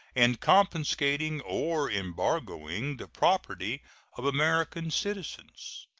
and confiscating or embargoing the property of american citizens.